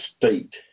state